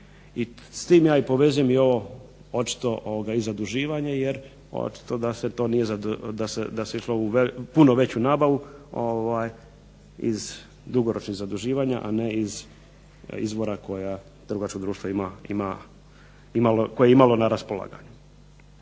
s tim ja povezujemo ovo očito zaduživanje jer očito da se išlo u puno veću nabavu iz dugoročnih zaduživanja a ne izvora koja trgovačko društvo koje je imalo na raspolaganju.